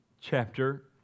chapter